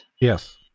Yes